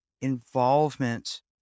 involvement